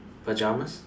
pajamas